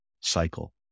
cycle